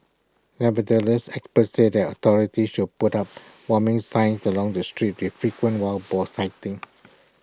nevertheless experts said that authorities should put up warming signs along the street with frequent wild boar sightings